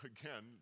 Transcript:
again